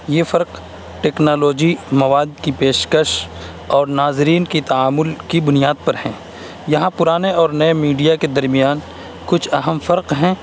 یہ فرق ٹیکنالوجی مواد کی پیشکش اور ناظرین کی تامل کی بنیاد پر ہیں یہاں پرانے اور نئے میڈیا کے درمیان کچھ اہم فرق ہیں